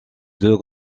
deux